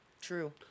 True